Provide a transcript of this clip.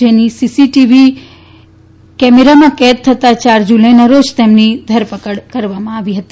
જેની સીસીટીવી કેમેરામાં કેદ થતાં યાર જુલાઈના રોજ તેમની ધરપકડ કરવામાં આવી હતી